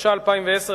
התש"ע 2010,